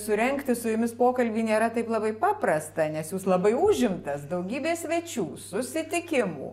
surengti su jumis pokalbį nėra taip labai paprasta nes jūs labai užimtas daugybė svečių susitikimų